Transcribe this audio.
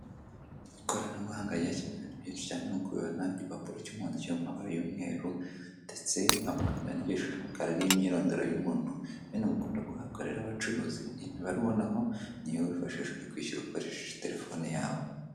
Ikoranabuhanga ryakemuye ibintu byinshi nk'uko ubibona igipapuro cy'umuhondo kirimo amabara y'umweru ndetse amagambo yandikishije umukara n'imyirondoro y'umuntu iyi mibare ubonaho ni iyo kwishyura ukoresheje terefone yawe.